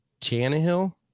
Tannehill